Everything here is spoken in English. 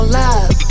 love